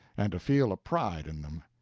and to feel a pride in them.